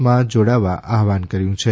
માં જોડાવા આહવાન કર્યું છે